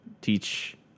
teach